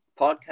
podcast